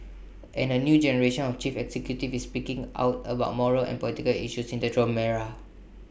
and A new generation of chief executives is speaking out about moral and political issues in the Trump era